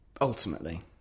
ultimately